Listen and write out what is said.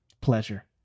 Pleasure